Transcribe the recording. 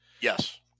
Yes